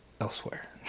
elsewhere